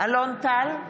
אלון טל,